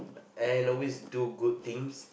and always do good things